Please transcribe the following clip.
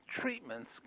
treatments